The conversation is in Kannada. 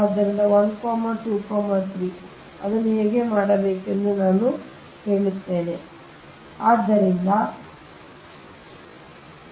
ಆದ್ದರಿಂದ 1 2 3 ಆದ್ದರಿಂದ ಅದನ್ನು ಹೇಗೆ ಮಾಡಬೇಕೆಂದು ನಾನು ಹೇಳುತ್ತೇನೆ ನಾನು ಅದನ್ನು ಮಾಡುತ್ತಿದ್ದೇನೆ